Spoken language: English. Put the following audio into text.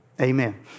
Amen